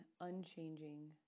unchanging